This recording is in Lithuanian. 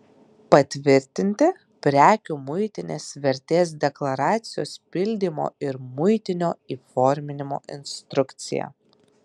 patvirtinti prekių muitinės vertės deklaracijos pildymo ir muitinio įforminimo instrukciją